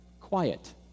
quiet